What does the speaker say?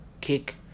kick